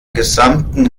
gesamten